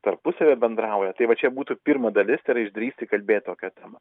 tarpusavyje bendrauja tai va čia būtų pirma dalis tai yra išdrįsti kalbėt tokia tema